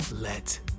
let